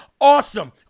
awesome